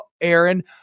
Aaron